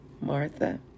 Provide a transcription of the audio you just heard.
Martha